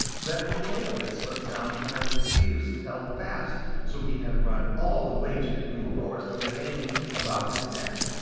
then the pail had slipped down behind his ears and held fast, so he had run all the way to the green forest with it hanging about his neck.